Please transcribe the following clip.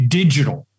digital